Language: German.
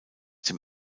dem